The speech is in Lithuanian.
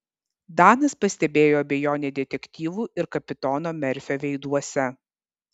danas pastebėjo abejonę detektyvų ir kapitono merfio veiduose